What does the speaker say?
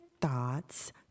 thoughts